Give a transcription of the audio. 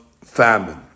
famine